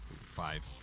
Five